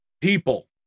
People